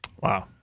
Wow